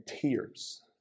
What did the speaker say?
tears